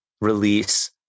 release